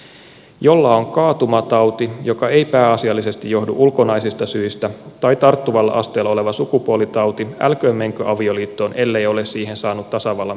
se jolla on kaatumatauti joka ei pääasiallisesti johdu ulkonaisista syistä tai tarttuvalla asteella oleva sukupuolitauti älköön menkö avioliittoon ellei ole siihen saanut tasavallan presidentin lupaa